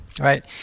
right